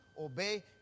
obey